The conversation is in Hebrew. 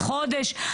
חודש.